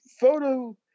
photo